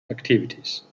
activities